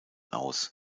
aus